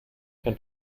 can